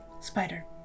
Spider